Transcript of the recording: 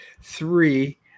Three